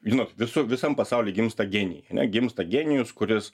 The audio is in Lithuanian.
žinot visų visam pasauly gimsta genijai gimsta genijus kuris